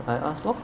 I ask lor